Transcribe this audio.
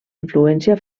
influència